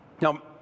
now